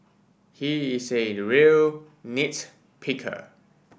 he is a real nit picker